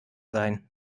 sein